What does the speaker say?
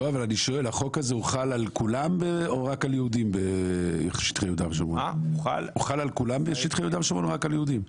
החוק הזה חל על כולם בשטחי יהודה ושומרון או רק על יהודים?